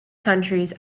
countries